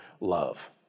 love